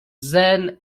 zen